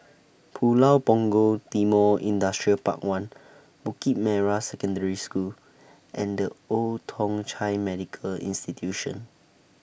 Pulau Punggol Timor Industrial Park one Bukit Merah Secondary School and The Old Thong Chai Medical Institution